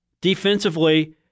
Defensively